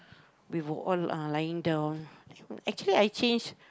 we were uh lying down actually I change